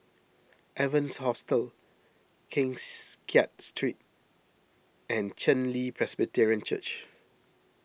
Evans Hostel Kengs Kiat Street and Chen Li Presbyterian Church